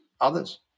others